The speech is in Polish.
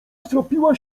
stropiła